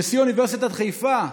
נשיא אוניברסיטת חיפה,